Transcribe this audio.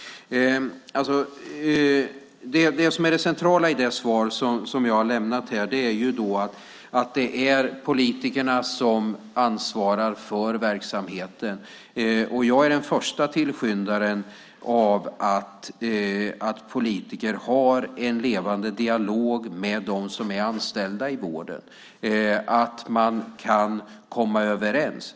Det centrala i det svar jag har lämnat här är att det är politikerna som ansvarar för verksamheten. Jag är den första tillskyndaren av att politiker har en levande dialog med dem som är anställda i vården, att man kan komma överens.